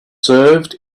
served